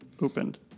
opened